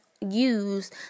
use